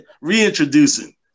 reintroducing